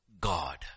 God